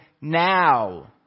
Now